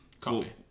coffee